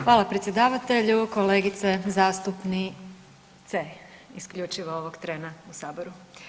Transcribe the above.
Hvala predsjedavatelju, kolegice zastupnice, isključivo ovog trena u Saboru.